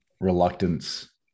reluctance